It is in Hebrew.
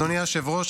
אדוני היושב-ראש,